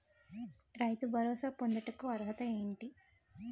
రైతు భరోసా పొందుటకు అర్హత ఏంటి?